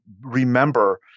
remember